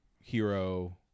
hero